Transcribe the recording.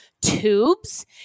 tubes